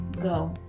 go